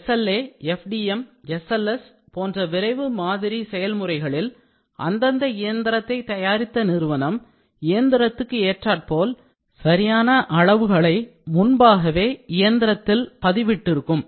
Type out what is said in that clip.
SLA FDM SLS போன்ற விரைவு முன்மாதிரி செய்முறைகளில் அந்தந்த இயந்திரத்தை தயாரித்த நிறுவனம் இயந்திரத்துக்கு ஏற்றாற்போல சரியான அளவுகள் முன்பாகவே இயந்திரத்தில் பதிவிட்டிருக்கும்